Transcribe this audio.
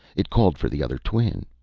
it called for the other twin.